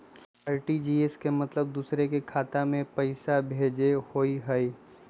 RTGS के मतलब दूसरे के खाता में पईसा भेजे होअ हई?